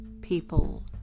people